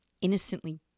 innocently